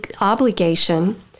obligation